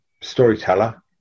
storyteller